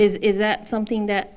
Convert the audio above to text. is that something that